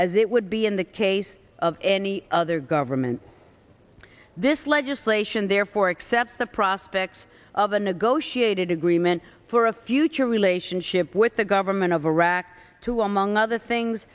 as it would be in the case of any other government this legislation therefore accept the prospects of a negotiated agreement for a future relationship with the government of iraq to among other things